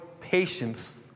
patience